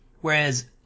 whereas